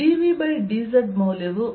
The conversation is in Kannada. dVdz ಮೌಲ್ಯವು q4π0ಆಗಿರುತ್ತದೆ